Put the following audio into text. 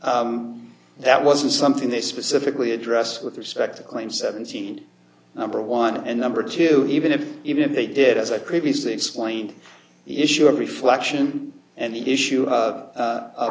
that wasn't something they specifically addressed with respect to claim seventeen number one and number two even if even if they did as i previously explained the issue of reflection and issue